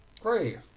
Great